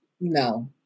no